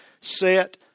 set